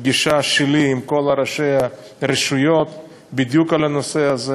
פגישה עם כל ראשי הרשויות בדיוק בנושא הזה,